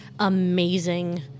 Amazing